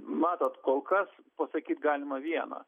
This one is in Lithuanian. matot kol kas pasakyt galima viena